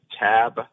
tab